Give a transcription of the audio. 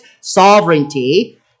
sovereignty